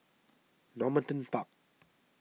Normanton Park